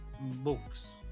books